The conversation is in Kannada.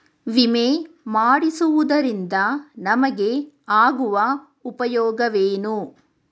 ವಿಮೆ ಮಾಡಿಸುವುದರಿಂದ ನಮಗೆ ಆಗುವ ಉಪಯೋಗವೇನು?